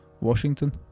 Washington